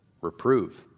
Reprove